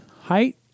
height